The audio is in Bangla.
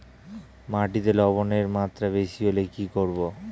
মাটিতে লবণের মাত্রা বেশি হলে কি করব?